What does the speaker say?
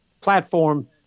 platform